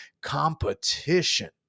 competition